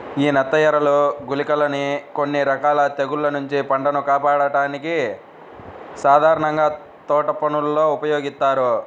యీ నత్తఎరలు, గుళికలని కొన్ని రకాల తెగుల్ల నుంచి పంటను కాపాడ్డానికి సాధారణంగా తోటపనుల్లో ఉపయోగిత్తారు